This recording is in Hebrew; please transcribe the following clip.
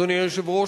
אדוני היושב-ראש,